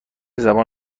زبان